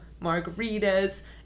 margaritas